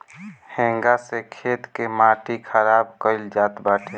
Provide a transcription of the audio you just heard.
हेंगा से खेत के माटी बराबर कईल जात बाटे